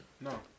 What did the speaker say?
No